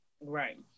Right